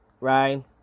right